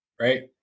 right